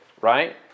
right